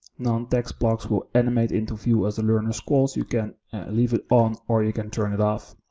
non-text blocks will animate into view as a learner scrolls, you can leave it on or you can turn it off.